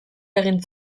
egin